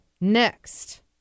next